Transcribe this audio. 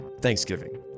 Thanksgiving